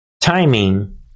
timing